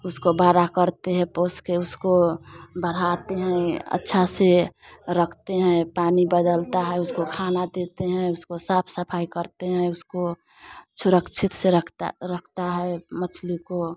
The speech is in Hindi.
उसको बारा करते हैं पोस के उसको बहराते हैं अच्छा से रखते हैं पानी बदलता है उसको खाना देते हैं उसको साफ़ सफाई करते हैं उसको सुरक्षित से रखता रखता है मछली को